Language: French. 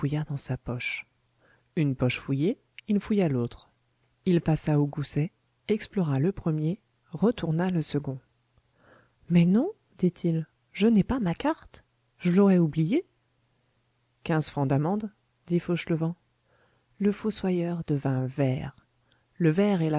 dans sa poche une poche fouillée il fouilla l'autre il passa aux goussets explora le premier retourna le second mais non dit-il je n'ai pas ma carte je l'aurai oubliée quinze francs d'amende dit fauchelevent le fossoyeur devint vert le vert est